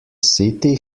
city